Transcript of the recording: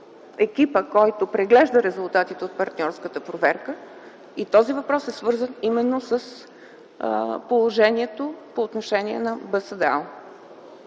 екипа, който преглежда резултатите от партньорската проверка и този въпрос е свързан именно с положението по отношение на БСДАУ.